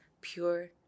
pure